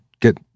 get